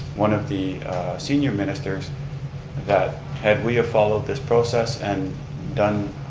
one of the senior ministers that had we of followed this process and done